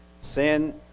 Sin